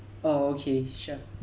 oh okay sure